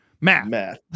math